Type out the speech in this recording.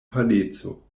paleco